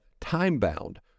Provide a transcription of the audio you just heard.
time-bound